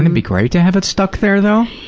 it be great to have it stuck there, though?